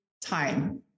time